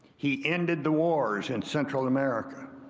he ended the wars in central america.